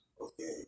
okay